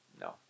No